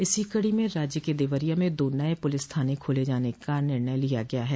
इसी कड़ी में राज्य के देवरिया में दो नये पुलिस थाने खोले जाने का निर्णय लिया गया है